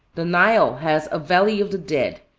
the nile has a valley of the dead,